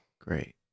Great